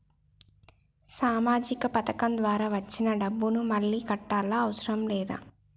సామాజిక పథకం ద్వారా వచ్చిన డబ్బును మళ్ళా కట్టాలా అవసరం లేదా?